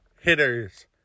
hitters